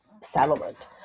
settlement